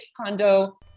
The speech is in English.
condo